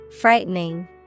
frightening